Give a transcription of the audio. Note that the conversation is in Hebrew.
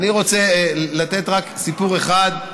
אני רוצה לתת רק סיפור אחד.